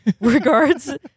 regards